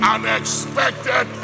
Unexpected